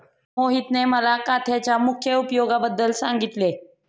मोहितने मला काथ्याच्या मुख्य उपयोगांबद्दल सांगितले